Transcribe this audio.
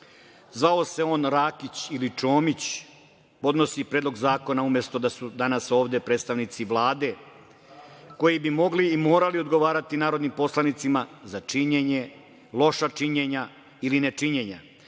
zvao se on Rakić ili Čomić, podnosi predlog zakona umesto da su danas ovde predstavnici Vlade, koji bi mogli i morali odgovarati narodnim poslanicima za činjenje, loša činjenja ili ne činjenja.